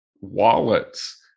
wallets